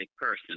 person